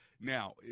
now